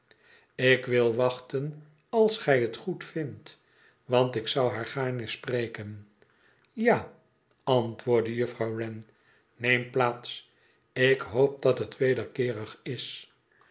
ik wil wachten als gij het goedvindt wan t ik zou haar gaarne spreken ja antwoordde juffrouw wren neem plaats ikhoopdathetwederkeerig is